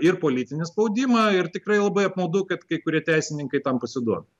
ir politinį spaudimą ir tikrai labai apmaudu kad kai kurie teisininkai tam pasiduoda